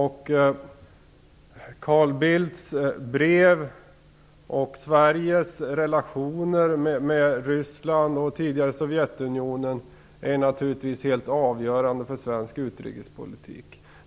Carl Bildts brev och Sveriges relationer med Ryssland och det tidigare Sovjetunionen är naturligtvis helt avgörande för svensk utrikespolitik.